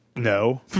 No